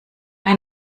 ein